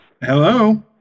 hello